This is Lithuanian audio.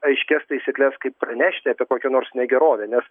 aiškias taisykles kaip pranešti apie kokią nors negerovę nes